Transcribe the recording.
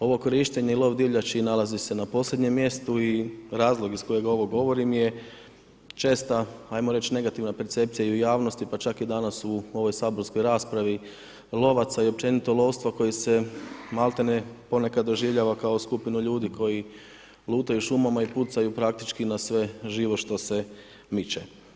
Ovo korištenje i lov divljači nalazi se na posljednjem mjestu i razlog iz kojeg ovo govorim je česta ajmo reć negativna percepcija pa čak i danas u ovoj saborskom raspravi, lovaca i općenito lovstva koji se maltene ponekad doživljava kao skupinu ljudi koji lutaju šumama i pucaju praktički na sve živo što se miče.